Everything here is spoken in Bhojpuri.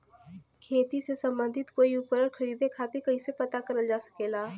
खेती से सम्बन्धित कोई उपकरण खरीदे खातीर कइसे पता करल जा सकेला?